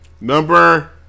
Number